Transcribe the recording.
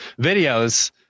videos